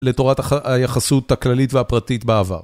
לתורת היחסות הכללית והפרטית בעבר.